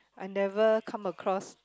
I never come across